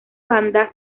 banda